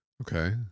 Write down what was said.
Okay